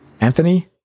Anthony